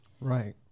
Right